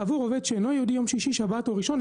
עבור עובד שאינו יהודי יום שישי שבת או ראשון,